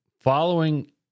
Following